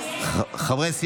ואטורי,